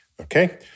okay